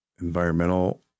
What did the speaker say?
environmental